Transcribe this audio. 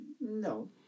No